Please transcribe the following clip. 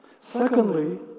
Secondly